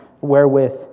wherewith